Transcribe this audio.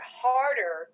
harder